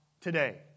today